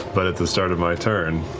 but at the start of my turn.